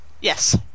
yes